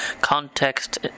context